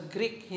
Greek